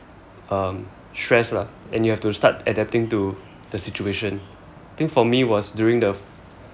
um stressed lah and you have to start adapting to the situation I think for me was during the f~